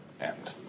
end